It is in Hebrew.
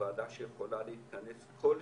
זו ועדה שיכולה להתכנס כל שבוע,